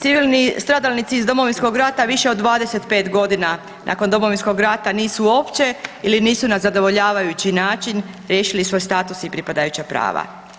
Civilni stradalnici iz Domovinskog rata više od 25 godina nakon Domovinskog rata nisu uopće ili nisu na zadovoljavajući način riješili svoj status i pripadajuća prava.